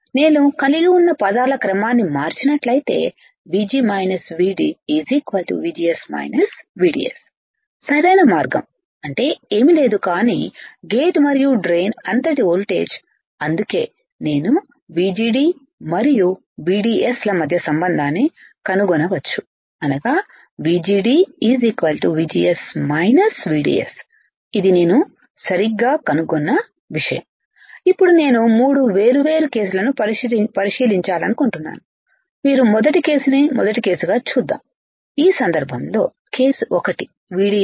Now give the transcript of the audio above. నేను కలిగి ఉన్న పదాల క్రమాన్ని మార్చినట్లయితే VG VD VGS VDS సరైన మార్గం అంటే ఏమీ లేదు కాని గేట్ మరియు డ్రెయిన్ అంతటి వోల్టేజ్ అందుకే నేనుVGD మరియు VDS ల మధ్య సంబంధాన్ని కనుగొనవచ్చు అనగా VGD VGS VDS ఇది నేను సరిగ్గా కనుగొన్న విషయంఇప్పుడు నేను 3 వేర్వేరు కేసులను పరిశీలించాలనుకుంటున్నాను మీరు మొదటి కేసును మొదటి కేసుగా చూద్దాం ఈ సందర్భంలో కేసు ఒకటి VDS 0 వోల్ట్ల